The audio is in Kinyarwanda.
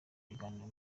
ibiganiro